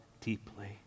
deeply